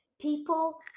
People